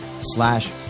slash